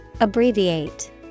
Abbreviate